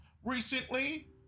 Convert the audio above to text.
Recently